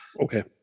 Okay